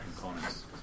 components